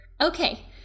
Okay